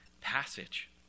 passage